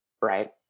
right